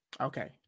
Okay